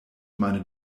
meine